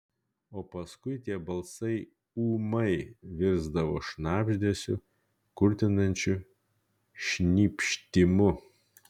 o paskui tie balsai ūmai virsdavo šnabždesiu kurtinančiu šnypštimu